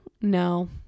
no